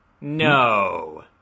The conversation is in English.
No